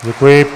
Děkuji.